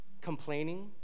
complaining